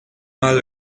mal